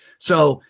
so,